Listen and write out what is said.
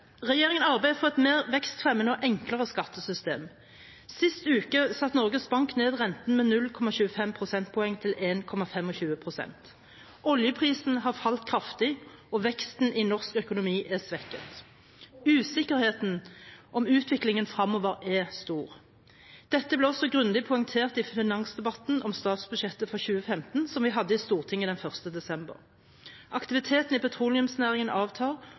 Regjeringen arbeider for et mer vekstfremmende og enklere skattesystem. Sist uke satte Norges Bank ned renten med 0,25 prosentpoeng til 1,25 pst. Oljeprisen har falt kraftig, og veksten i norsk økonomi er svekket. Usikkerheten om utviklingen fremover er stor. Dette ble også grundig poengtert i finansdebatten om statsbudsjettet for 2015, som vi hadde i Stortinget den 1. desember. Aktiviteten i petroleumsnæringen avtar,